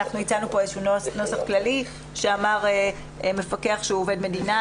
אנחנו הצענו כאן נוסח כללי שאמר מפקח שהוא אובד מדינה,